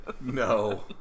No